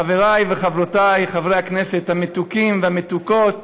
חברי וחברותי חברי הכנסת המתוקים והמתוקות